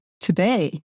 today